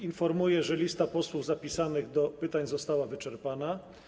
Informuję, że lista posłów zapisanych do pytań została wyczerpana.